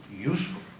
useful